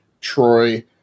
Troy